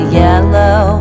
yellow